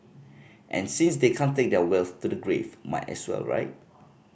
and since they can't take their wealth to the grave might as well right